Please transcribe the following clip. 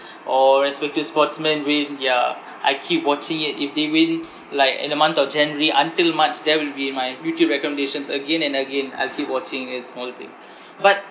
or respective sportsmen win ya I keep watching it if they win like in the month of january until march that will be in my youtube recommendations again and again I'll keep watching these small things but